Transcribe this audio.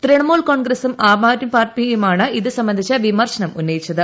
ത്രിണമൂൽ കോൺഗ്രസും ആം ആദ്മി പാർട്ടിയുമാണ് ഇത് സംബന്ധി് വിമർശനം ഉന്നയിച്ചത്